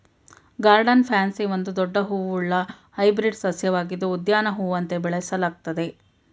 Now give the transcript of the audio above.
garden pansy ಒಂದು ದೊಡ್ಡ ಹೂವುಳ್ಳ ಹೈಬ್ರಿಡ್ ಸಸ್ಯವಾಗಿದ್ದು ಉದ್ಯಾನ ಹೂವಂತೆ ಬೆಳೆಸಲಾಗ್ತದೆ